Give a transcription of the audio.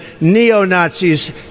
neo-Nazis